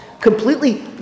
completely